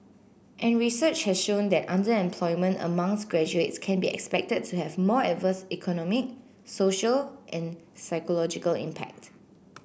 and research has shown that underemployment amongst graduates can be expected to have more adverse economic social and psychological impact